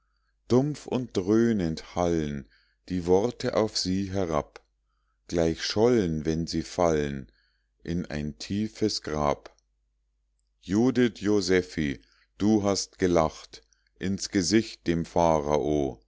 dumpf und dröhnend hallen die worte auf sie herab gleich schollen wenn sie fallen in ein tiefes grab judith josephi du hast gelacht ins gesicht dem pharao